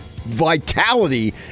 Vitality